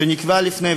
שנקבעה לפני,